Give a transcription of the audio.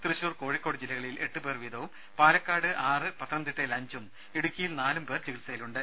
തൃശൂർ കോഴിക്കോട് ജില്ലകളിൽ എട്ട് പേർ വീതവും പാലക്കാട് ആറും പത്തനംതിട്ടയിൽ അഞ്ചും ഇടുക്കിയിൽ നാലും പേർ ചികിത്സയിലുണ്ട്